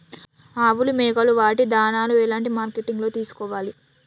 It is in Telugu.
ఆవులు మేకలు వాటి దాణాలు ఎలాంటి మార్కెటింగ్ లో తీసుకోవాలి?